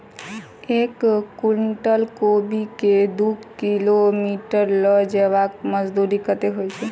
एक कुनटल कोबी केँ दु किलोमीटर लऽ जेबाक मजदूरी कत्ते होइ छै?